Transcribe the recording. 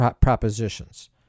propositions